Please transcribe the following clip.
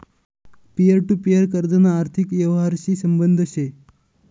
peer to peer कर्जना आर्थिक यवहारशी संबंध शे